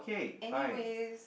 anyways